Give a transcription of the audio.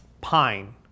pine